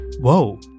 whoa